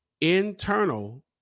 Internal